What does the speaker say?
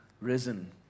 risen